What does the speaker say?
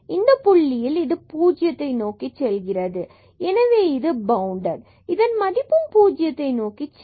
இந்தப் புள்ளியில் இது பூஜ்ஜியத்தை நோக்கி செல்கிறது எனவே இது பவுண்டட் எனவே இதன் மதிப்பும் பூஜ்யத்தை நோக்கிச் செல்லும்